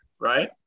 right